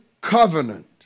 covenant